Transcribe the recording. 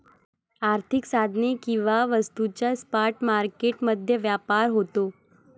आर्थिक साधने किंवा वस्तूंचा स्पॉट मार्केट मध्ये व्यापार होतो